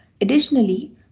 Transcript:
Additionally